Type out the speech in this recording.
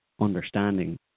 understanding